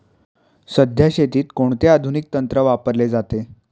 सध्या शेतीत कोणते आधुनिक तंत्र वापरले जाते?